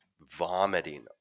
vomiting